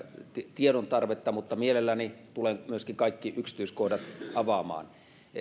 tiedontarvetta mutta mielelläni tulen myöskin kaikki yksityiskohdat avaamaan